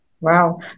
Wow